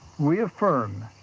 we affirm